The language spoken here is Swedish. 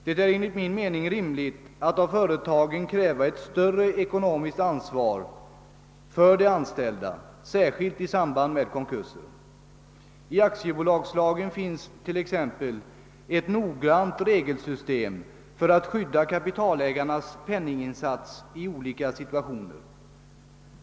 Det är enligt min mening rimligt att av företagen kräva ett större ekonomiskt ansvar för de an ställda, särskilt i samband med konkurser. I aktiebolagslagen finns t.ex. ett noggrant regelsystem för att skydda kapitalägarnas penninginsats i olika situationer.